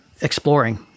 exploring